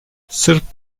sırp